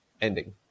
ending